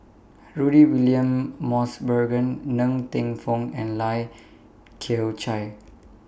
Rudy William Mosbergen Ng Teng Fong and Lai Kew Chai